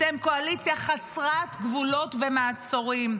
אתם קואליציה חסרת גבולות ומעצורים.